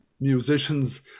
musicians